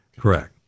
Correct